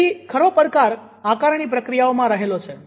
તેથી ખરો પડકાર આકરણી પ્રક્રિયાઓમાં રહેલો છે